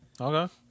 okay